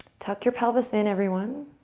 tuck your pelvis in, everyone.